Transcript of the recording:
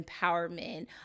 empowerment